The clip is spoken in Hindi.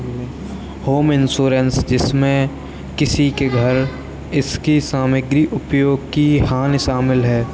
होम इंश्योरेंस जिसमें किसी के घर इसकी सामग्री उपयोग की हानि शामिल है